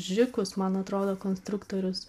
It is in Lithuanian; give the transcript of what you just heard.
žikus man atrodo konstruktorius